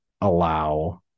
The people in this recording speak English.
allow